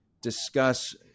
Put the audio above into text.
discuss